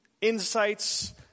insights